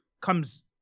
comes